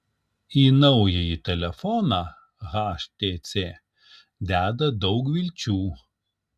į naująjį telefoną htc deda daug vilčių